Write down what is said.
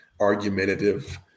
argumentative